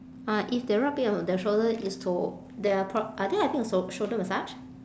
uh if they rub it on their shoulder it's to they are pro~ are they having shou~ a shoulder massage